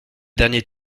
dernier